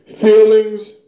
feelings